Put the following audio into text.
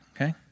okay